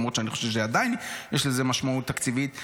למרות שאני חושב שעדיין יש לזה משמעות תקציבית.